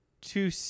two